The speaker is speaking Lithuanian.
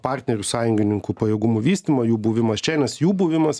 partnerių sąjungininkų pajėgumų vystymą jų buvimas čia nes jų buvimas